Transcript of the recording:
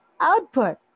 output